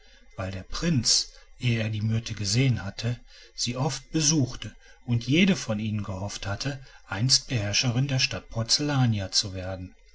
weil der prinz ehe er die myrte gesehen hatte sie oft besuchte und jede von ihnen gehofft hatte einst beherrscherin der stadt porzellania zu werden